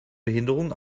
behinderungen